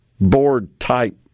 board-type